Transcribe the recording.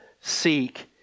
seek